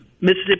Mississippi